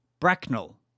Bracknell